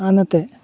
আনহাতে